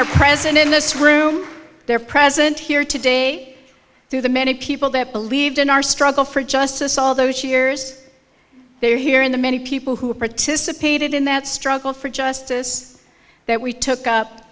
are present in this room they are present here today to the many people that believed in our struggle for justice all those years they are here in the many people who participated in that struggle for justice that we took up